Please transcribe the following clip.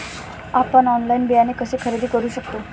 आपण ऑनलाइन बियाणे कसे खरेदी करू शकतो?